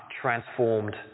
transformed